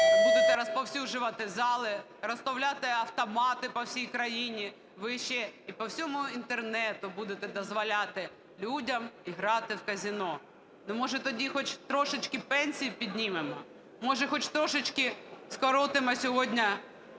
будете розповсюджувати зали, розставляти автомати по всій країні, ви ще і по всьому Інтернету будете дозволяти людям грати в казино. То може тоді хоч трошечки пенсії піднімемо? Може хоч трошечки скоротимо сьогодні